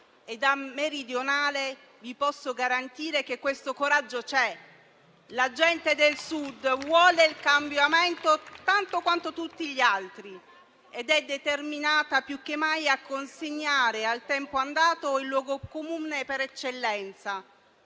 E da meridionale vi posso garantire che questo coraggio c'è. La gente del Sud vuole il cambiamento tanto quanto tutti gli altri. Ed è determinata più che mai a consegnare al tempo andato il luogo comune per eccellenza,